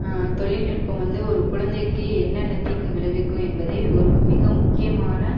தொழில்நுட்பம் வந்து ஒரு குழந்தைக்கி என்ன என்ன தீங்கு விளைவிக்கும் என்பதை ஒரு மிக முக்கியமான